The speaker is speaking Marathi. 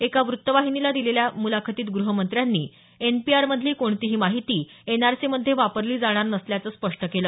एका वृत्तवाहिनीला काल दिलेल्या मुलाखतीत गृहमंत्र्यांनी एनपीआरमधली कोणतीही माहिती एनआरसीमध्ये वापरली जाणार नसल्याचं स्पष्ट केलं